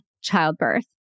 childbirth